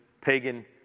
pagan